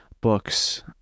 books